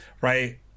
right